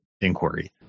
inquiry